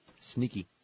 Sneaky